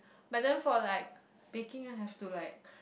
but then for like baking have to like